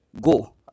go